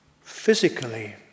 physically